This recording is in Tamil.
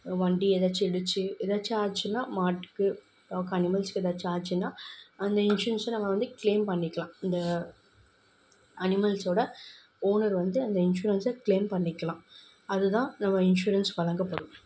வண்டி ஏதாச்சும் இடித்து ஏதாச்சும் ஆச்சுன்னா மாட்டுக்கு டாக் அனிமல்ஸ்க்கு ஏதாச்சும் ஆச்சுன்னா அந்த இன்சூரன்ஸை நம்ம வந்து க்ளைம் பண்ணிக்கலாம் இந்த அனிமல்ஸ்ஸோடய ஓனர் வந்து அந்த இன்சூரன்ஸ்ஸை க்ளைம் பண்ணிக்கலாம் அது தான் நம்ம இன்சூரன்ஸ் வழங்கப்படும்